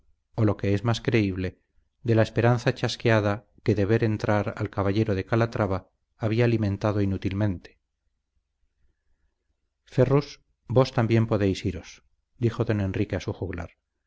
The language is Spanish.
o lo que es más creíble de la esperanza chasqueada que de ver entrar al caballero de calatrava había alimentado inútilmente ferrus vos también podéis iros dijo don enrique a su juglar